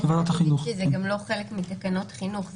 זה גם לא חלק מתקנות חינוך.